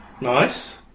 Nice